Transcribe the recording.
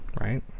right